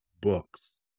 books